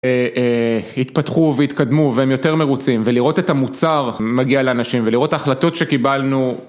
התפתחו והתקדמו והם יותר מרוצים ולראות את המוצר מגיע לאנשים ולראות ההחלטות שקיבלנו